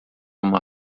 uma